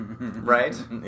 right